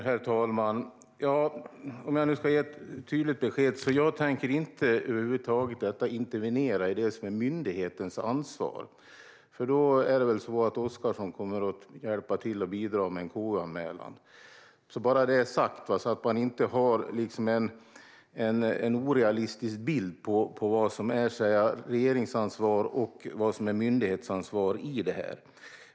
Herr talman! För att ge ett tydligt besked tänker jag över huvud taget inte intervenera i det som är myndighetens ansvar, för då kommer väl Oscarsson att hjälpa till och bidra med en KU-anmälan. Jag vill bara ha det sagt så att man inte har en orealistisk bild av vad som är regeringsansvar och vad som är myndighetsansvar i detta.